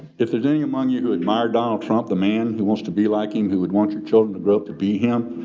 if there's any among you who admire donald trump, the man who wants to be like him, who would want your children to grow up to be him,